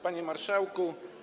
Panie Marszałku!